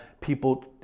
people